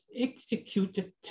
executed